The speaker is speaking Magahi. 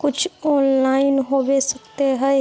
कुछ ऑनलाइन होबे सकते है?